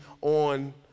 on